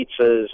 pizzas